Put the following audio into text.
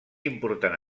important